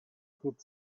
could